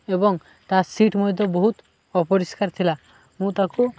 ଏବଂ ତା ସିଟ୍ ମଧ୍ୟ ବହୁତ ଅପରିଷ୍କାର ଥିଲା ମୁଁ ତାକୁ